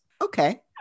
okay